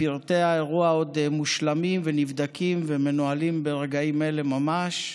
פרטי האירוע עוד מושלמים ונבדקים ומנוהלים ברגעים אלה ממש,